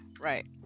Right